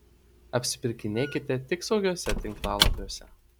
apsipirkinėkite tik saugiuose tinklalapiuose